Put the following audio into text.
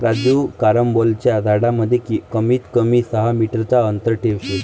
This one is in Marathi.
राजू कारंबोलाच्या झाडांमध्ये कमीत कमी सहा मीटर चा अंतर ठेवशील